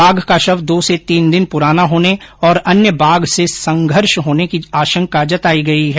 बाघ का शव दो से तीन दिन पुराना होने और अन्य बाघ से संघर्ष होने की आशंका जताई गई है